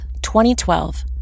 2012